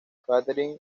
catherine